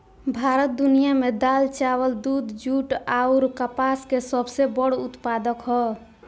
भारत दुनिया में दाल चावल दूध जूट आउर कपास के सबसे बड़ उत्पादक ह